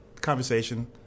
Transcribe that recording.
conversation